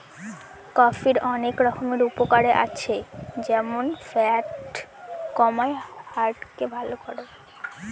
কফির অনেক রকমের উপকারে আছে যেমন ফ্যাট কমায়, হার্ট কে ভালো করে